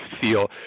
feel